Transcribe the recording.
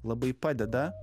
labai padeda